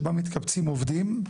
שבה מתקבצים עובדים,